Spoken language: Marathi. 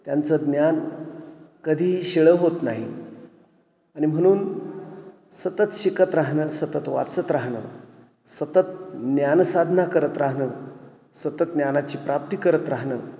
त्यांचं ज्ञान कधीही शिळं होत नाही आणि म्हणून सतत शिकत राहणं सतत वाचत राहणं सतत ज्ञानसाधना करत राहणं सतत ज्ञानाची प्राप्ती करत राहणं